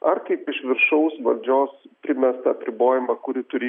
ar kaip iš viršaus valdžios primestą apribojimą kurį turi